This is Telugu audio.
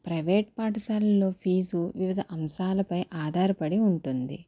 ప్రైవేట్ పాఠశాలల్లో ఫీజు వివిధ అంశాలపై ఆధారపడి ఉంటుంది